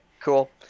Cool